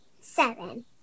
Seven